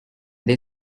they